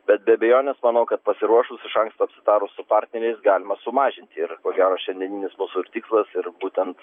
bet be abejonės manau kad pasiruošus iš anksto sutarus su partneriais galima sumažinti ir ko gero šiandieninis mūsų ir tikslas ir būtent